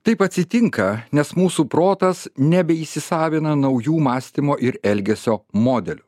taip atsitinka nes mūsų protas nebeįsisavina naujų mąstymo ir elgesio modelių